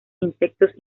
insectos